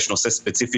יש נושא ספציפי